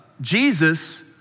Jesus